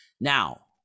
Now